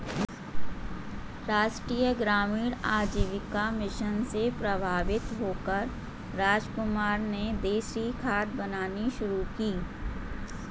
राष्ट्रीय ग्रामीण आजीविका मिशन से प्रभावित होकर रामकुमार ने देसी खाद बनानी शुरू की